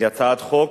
היא הצעת חוק